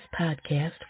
Podcast